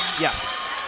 yes